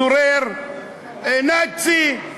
צורר נאצי.